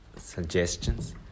suggestions